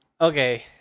okay